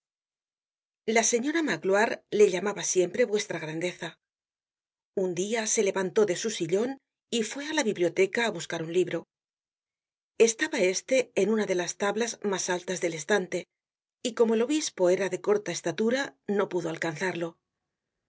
la señora magloire le llamaba siempre vuestra grandeza un dia se levantó de su sillon y fué á la biblioteca á buscar un libro estaba este en una de las tablas mas altas del estante y como el obispo era de corta estatura no pudo alcanzarlo